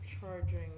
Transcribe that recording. charging